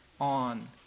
on